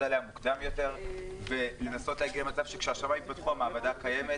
עליה מוקדם יותר ולנסות להגיע למצב שכשהשמיים ייפתחו המעבדה קיימת.